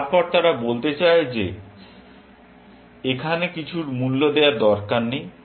তারপর তারা বলতে চায় যে এখানে কিছুর মূল্য দেওয়ার দরকার নেই